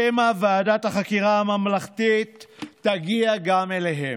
שמא ועדת החקירה הממלכתית תגיע גם אליהם.